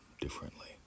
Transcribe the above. differently